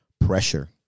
pressure